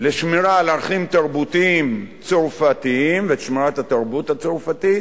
לשמירה על ערכים תרבותיים צרפתיים ושמירת התרבות הצרפתית.